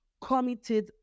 committed